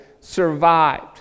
survived